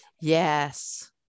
yes